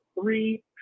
three